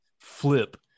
flip